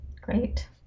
Great